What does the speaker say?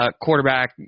quarterback